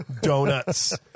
donuts